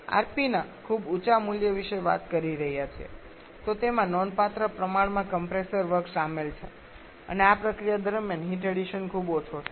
rp ના ખૂબ ઊંચા મૂલ્ય વિશે વાત કરી રહ્યા છીએ તો તેમાં નોંધપાત્ર પ્રમાણમાં કમ્પ્રેસર વર્ક સામેલ છે અને આ પ્રક્રિયા દરમિયાન હીટ એડિશન ખૂબ ઓછો છે